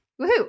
Woohoo